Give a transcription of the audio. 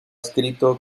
escrito